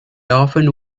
often